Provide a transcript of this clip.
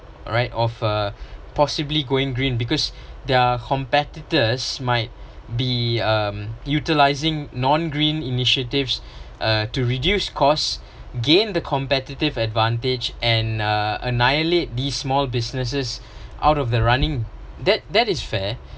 alright of uh possibly going green because their competitors might be um utilizing non green initiatives uh to reduce costs gain the competitive advantage and uh annihilate the small businesses out of the running that that is fair